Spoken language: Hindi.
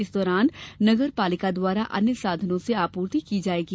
इस दौरान नगर पालिका द्वारा अन्य साधनो से आपूर्ति की जायेगी